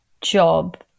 job